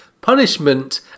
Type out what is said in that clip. punishment